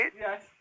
Yes